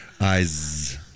Eyes